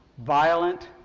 violent,